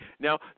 Now